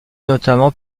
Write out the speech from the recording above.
notamment